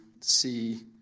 see